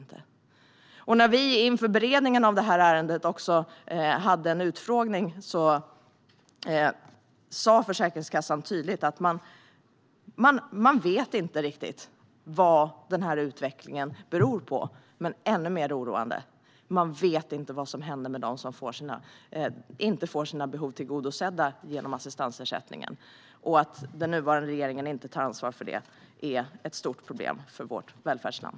När utskottet inför beredningen av ärendet hade en utfrågning sa Försäkringskassan tydligt att man inte riktigt vet vad den här utvecklingen beror på. Men ännu mer oroande är att man inte vet vad som händer med dem som inte får sina behov tillgodosedda genom assistansersättningen. Att den nuvarande regeringen inte tar ansvar för det är ett stort problem för vårt välfärdsland.